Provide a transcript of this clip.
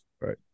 Right